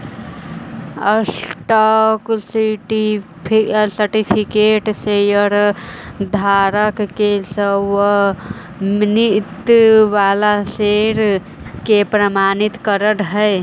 stock certificate शेयरधारक के स्वामित्व वाला शेयर के प्रमाणित करऽ हइ